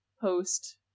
post